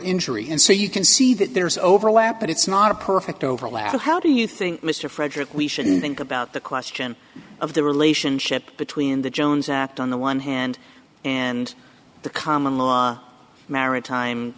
injury and so you can see that there's overlap but it's not a perfect overlap to how do you think mr frederick we shouldn't think about the question of the relationship between the jones act on the one hand and the common law maritime